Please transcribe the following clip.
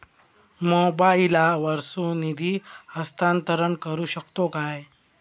मोबाईला वर्सून निधी हस्तांतरण करू शकतो काय?